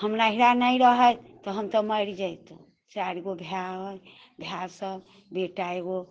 हमरा नैहरा नहि रहति तऽ हम तऽ मरि जइतहुँ चारि गो भाय अइ भाय सब बेटा एगो